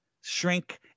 shrink